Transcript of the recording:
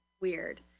weird